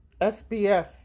sbs